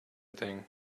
thing